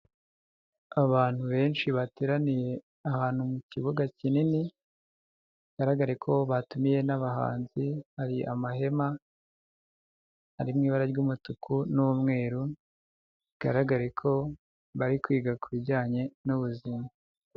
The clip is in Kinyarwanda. Abantu benshi bateraniye ahantu mu kibuga kinini, bigaragare ko batumiye n'abahanzi, hari amahema ari mu ibara ry'umutuku n'umweru, bigaragare ko bari kwiga ku bijyanye n'ubuzima.